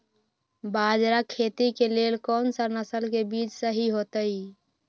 बाजरा खेती के लेल कोन सा नसल के बीज सही होतइ?